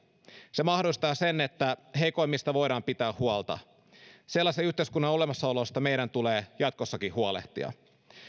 se mahdollistaa sen että heikoimmista voidaan pitää huolta sellaisen yhteiskunnan olemassaolosta meidän tulee jatkossakin huolehtia